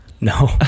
No